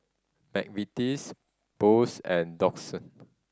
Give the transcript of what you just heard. McVitie's Boost and Doux